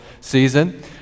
season